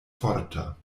forta